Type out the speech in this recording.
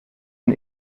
een